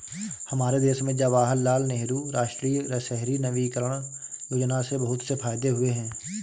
हमारे देश में जवाहरलाल नेहरू राष्ट्रीय शहरी नवीकरण योजना से बहुत से फायदे हुए हैं